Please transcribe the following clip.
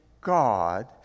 God